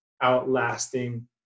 outlasting